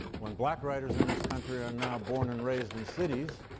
when black writers in this country are now born and raised in cities,